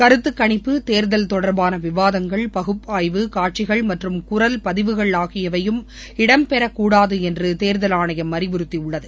கருத்து கணிப்ப தேர்தல் தொடர்பான விவாதங்கள் பகுப்பாய்வு காட்சிகள் மற்றும் குரல் பதிவுகள் ஆகியவையும் இடம்பெறகூடாது என்று தேர்தல் ஆணையம் அறிவுறுத்தியுள்ளது